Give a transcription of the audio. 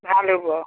ভাল হ'ব